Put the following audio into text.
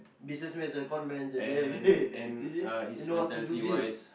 businessmen are conmen at the end of the day is it they know how to do deals